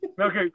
Okay